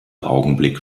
augenblick